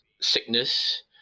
sickness